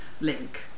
link